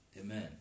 amen